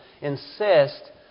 insist